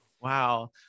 Wow